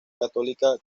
católica